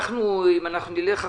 אם נלך אחורה,